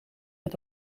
het